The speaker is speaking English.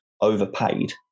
overpaid